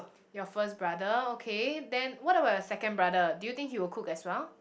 your first brother okay then what about your second brother do you think he will cook as well